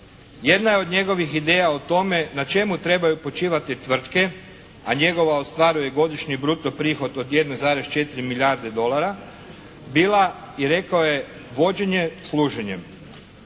Jedna je od njegovih ideja o tome na čemu trebaju počivati tvrtke a njegova ostvaruje godišnji bruto prihod od 1,4 milijarde dolara bila i rekao vođenje služenje.